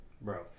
Bro